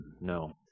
no